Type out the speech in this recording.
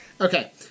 okay